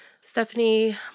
Stephanie